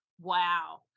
Wow